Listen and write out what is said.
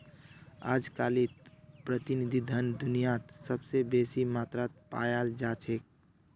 अजकालित प्रतिनिधि धन दुनियात सबस बेसी मात्रात पायाल जा छेक